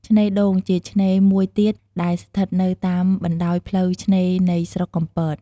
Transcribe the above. ឆ្នេរដូង ជាឆ្នេរមួយទៀតដែលស្ថិតនៅតាមបណ្ដោយផ្លូវឆ្នេរនៃស្រុកកំពត។